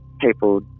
people